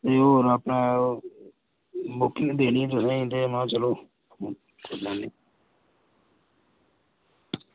ते होर अपने बुकिंग देनी ही तुसेंगी महां चलो